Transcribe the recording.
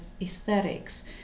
aesthetics